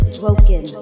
broken